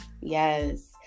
yes